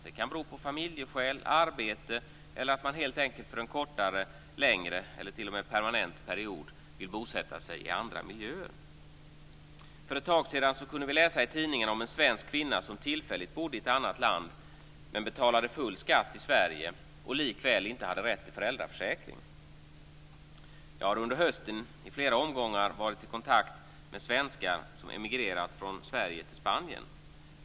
Det kan bero på familjeförhållanden, arbete eller på att man helt enkelt för en kortare eller längre tid eller t.o.m. permanent vill bosätta sig i andra miljöer. För ett tag sedan kunde vi läsa i tidningen om en svensk kvinna som tillfälligt bodde i ett annat land men betalade full skatt i Sverige och likväl inte hade rätt till föräldraförsäkring. Jag har under hösten i flera omgångar varit i kontakt med svenskar som emigrerat från Sverige till Spanien.